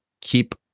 keep